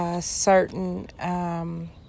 certain